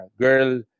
girl